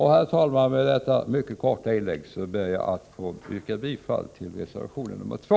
Herr talman! Med detta mycket korta inlägg ber jag att få yrka bifall till reservation 2.